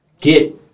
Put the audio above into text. get